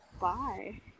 bye